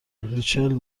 ریچل